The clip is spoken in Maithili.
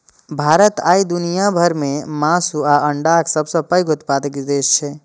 भारत आइ दुनिया भर मे मासु आ अंडाक सबसं पैघ उत्पादक देश छै